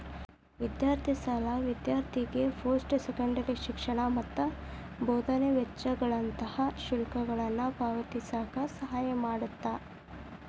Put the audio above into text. ವಿದ್ಯಾರ್ಥಿ ಸಾಲ ವಿದ್ಯಾರ್ಥಿಗೆ ಪೋಸ್ಟ್ ಸೆಕೆಂಡರಿ ಶಿಕ್ಷಣ ಮತ್ತ ಬೋಧನೆ ವೆಚ್ಚಗಳಂತ ಶುಲ್ಕಗಳನ್ನ ಪಾವತಿಸಕ ಸಹಾಯ ಮಾಡ್ತದ